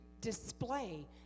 display